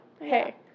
hey